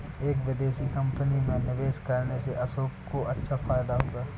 एक विदेशी कंपनी में निवेश करने से अशोक को अच्छा फायदा हुआ